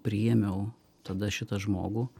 priėmiau tada šitą žmogų